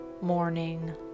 morning